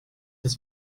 dass